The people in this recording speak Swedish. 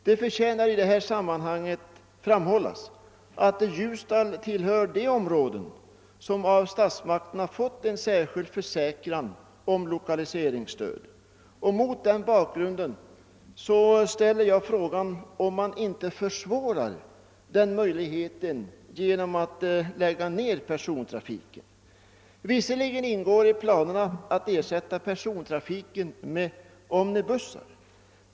Det förtjänar att i detta sammanhang framhållas att Ljusdal tillhör de områden som av statsmakterna fått en särskild försäkran om lokaliseringsstöd, och mot den bakgrunden ställer jag frågan om inte lokaliseringen försvåras genom nedläggning av persontrafiken. Visserligen ingår det i planerna att ersätta persontrafiken med omnibustrafik.